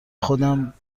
خودم